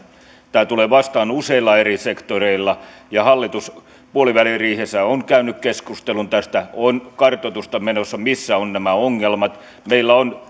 tämä tulee vastaan useilla eri sektoreilla ja hallitus puoliväliriihessä on käynyt keskustelun tästä on kartoitusta menossa missä ovat nämä ongelmat meillä on